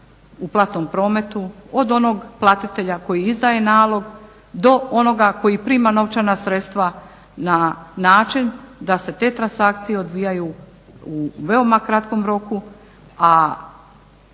u platnom prometu od onog platitelja koji izdaje nalog do onoga koji prima novčana sredstva na način da se te transakcije odvijaju u veoma kratkom roku.